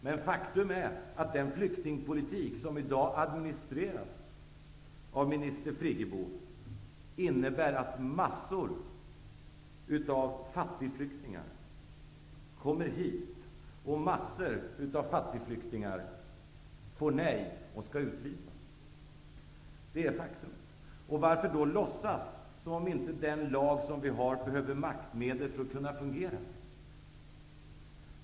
Men faktum är att den flyktingpolitik som i dag administreras av minister Friggebo innebär att massor av fattigflyktingar kommer hit och att massor av fattigflyktingar får nej och skall avvisas. Varför då låtsas som om inte den lag vi har behöver maktmedel för att kunna fungera?